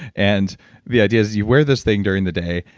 and the idea is you wear this thing during the day,